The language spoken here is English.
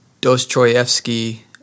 Dostoevsky-